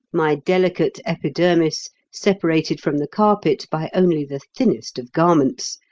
my delicate epidermis separated from the carpet by only the thinnest of garments,